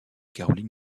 caroline